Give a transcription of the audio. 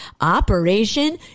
Operation